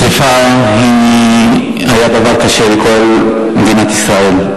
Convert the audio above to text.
השרפה היתה דבר קשה לכל מדינת ישראל.